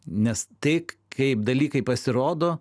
nes tik kaip dalykai pasirodo